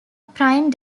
prime